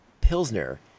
Pilsner